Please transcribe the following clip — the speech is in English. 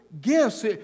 gifts